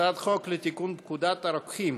הצעת חוק לתיקון פקודת הרוקחים